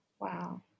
Wow